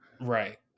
Right